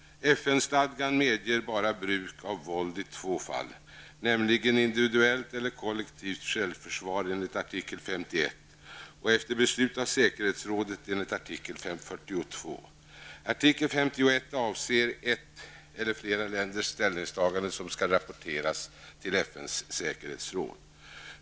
FN-stadgan medger bara bruk av våld i två fall, nämligen individuellt eller kollektivt självförsvar enligt artikel 51 och efter beslut av säkerhetsrådet enligt artikel 42. Artikel 51 avser ett lands eller flera länders ställningstagande, som skall rapporteras till FNs säkerhetsråd.